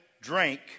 drink